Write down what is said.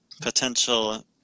potential